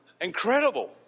Incredible